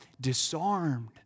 disarmed